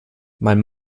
mein